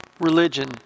religion